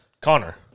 Connor